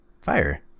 fire